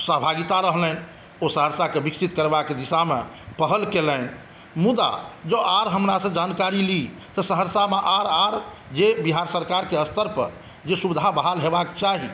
सहभागिता रहलनि ओ सहरसाके विकसित करबाके दिशामे पहल कएलनि मुदा जँ आर हमरासॅं जानकारी ली तऽ सहरसामे आर आर जे बिहार सरकारके स्तर पर जे सुविधा बहाल हेबाक चाही